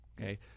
okay